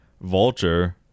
vulture